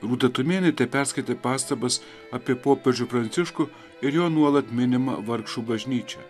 rūta tumėnaitė perskaitė pastabas apie popiežių pranciškų ir jo nuolat minima vargšų bažnyčia